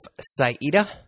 Saida